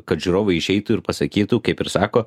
kad žiūrovai išeitų ir pasakytų kaip ir sako